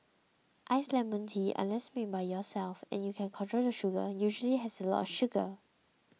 iced lemon tea unless made by yourself and you can control the sugar usually has a lot of sugar